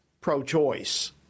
pro-choice